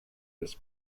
this